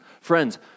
Friends